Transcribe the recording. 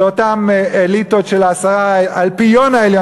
לאותן אליטות של האלפיון העליון,